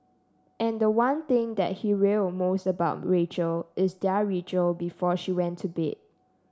and the one thing that he will most about Rachel is their ritual before she went to bed